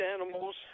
animals